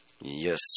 Yes